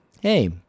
Hey